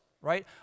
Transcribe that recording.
right